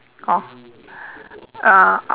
orh ah